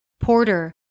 Porter